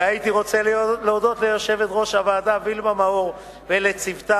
והייתי רוצה להודות ליושבת-ראש הוועדה וילמה מאור ולצוותה,